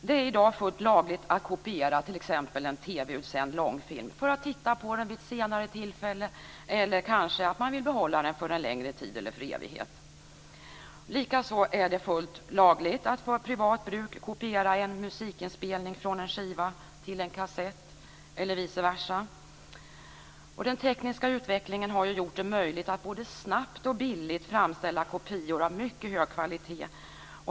Det är i dag fullt lagligt att kopiera t.ex. en TV-sänd långfilm för att titta på den vid senare tillfälle eller kanske för att behålla den för en längre tid eller för evigt. Likaså är det fullt lagligt att för privat bruk kopiera en musikinspelning från en skiva till en kassett eller vice versa. Den tekniska utvecklingen har gjort det möjligt att både snabbt och billigt framställa kopior av mycket hög kvalitet.